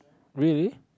really